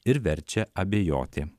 ir verčia abejoti